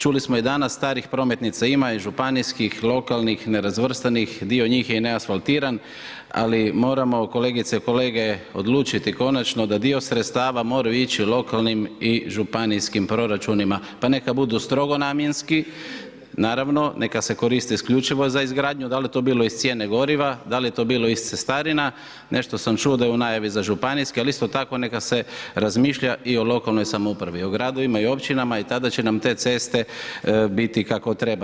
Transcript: Čuli smo i danas, starih prometnica ima i županijskih, lokalnih, nerazvrstanih, dio njih je i neasfaltiran, ali moramo kolegice i kolege odlučiti konačno da dio sredstava moraju ići lokalnim i županijskim proračunima, pa neka budu strogo namjenski, naravno neka se koriste isključivo za izgradnju, da li je to bilo iz cijene goriva, da li je to bilo iz cestarina, nešto sam čuo da je u najavi za županijske, ali isto tako neka se razmišlja dio o lokalnoj samoupravi, o gradovima i općinama i tada će nam te ceste biti kako treba.